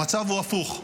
המצב הוא הפוך.